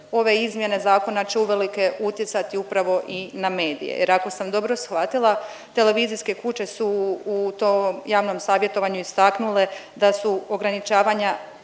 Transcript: ove izmjene zakona će uvelike utjecati upravo i na medije. Jer ako sam dobro shvatila televizijske kuće su u tom javnom savjetovanju istaknule da su ograničavanja